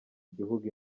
igihugu